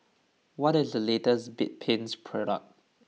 what is the latest Bedpans product